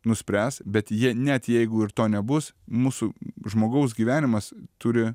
nuspręs bet jie net jeigu ir to nebus mūsų žmogaus gyvenimas turi